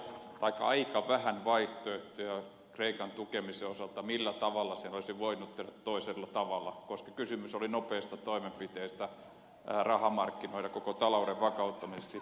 on aika vähän vaihtoehtoja kreikan tukemisen osalta millä tavalla se olisi voitu tehdä toisella tavalla koska kysymys oli nopeista toimenpiteistä rahamarkkinoilla koko talouden vakauttamiseksi